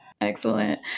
Excellent